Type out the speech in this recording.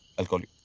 i'll call you.